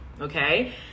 okay